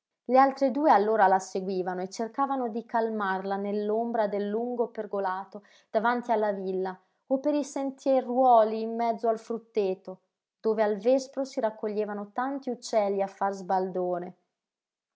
le altre due allora la seguivano e cercavano di calmarla nell'ombra del lungo pergolato davanti alla villa o per i sentieruoli in mezzo al frutteto dove al vespro si raccoglievano tanti uccelli a far sbaldore